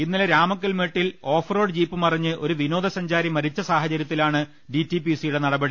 ഇന്നലെ രാമക്കൽമേട്ടിൽ off road jeep മറിഞ്ഞ് ഒരു വിനോദസഞ്ചാരി മരിച്ച സാഹചര്യത്തി ലാണ് ഡിടിപിസിയുടെ നടപടി